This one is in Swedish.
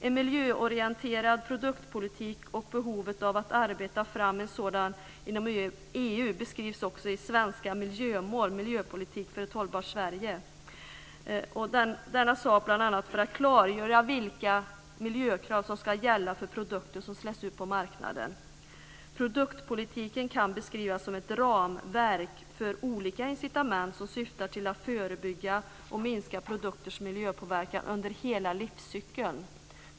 En miljöorienterad produktpolitik och behovet av att arbeta fram en sådan inom EU beskrivs också i Svenska miljömål - Miljöpolitik för ett hållbart Sverige. Man vill klargöra bl.a. vilka miljökrav som ska gälla för produkter som släpps ut på marknaden. Produktpolitiken kan beskrivas som ett ramverk för olika incitament som syftar till att förebygga och minska produkters miljöpåverkan under hela livscykeln.